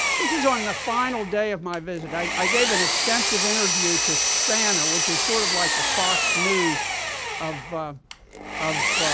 this is on the final day of my visit. i gave an extensive interview to sana, which is sort of like the fox news of syria,